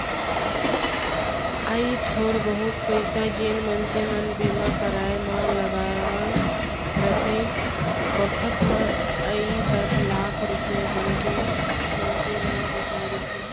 अइ थोर बहुत पइसा जेन मनसे मन बीमा कराय म लगाय रथें बखत म अइ हर लाख रूपया बनके मनसे ल बचा देथे